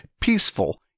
peaceful